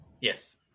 Yes